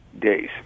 days